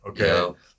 Okay